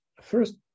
first